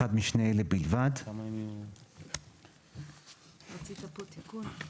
ותיקבע באחד משני אלה בלבד: רצית פה תיקון?